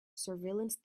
surveillance